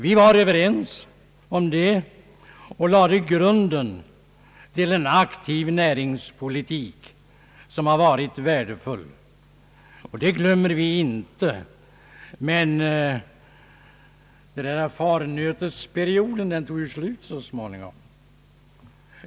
Vi var överens om att krafttag måste tagas för såväl de arbetslösa som för jordbruket och lade därmed grunden till en aktiv näringspolitik som har varit värdefull. Det glömmer vi inte, men farnötesperioden tog slut så småningom.